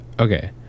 okay